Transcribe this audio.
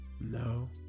No